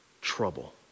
trouble